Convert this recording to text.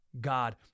God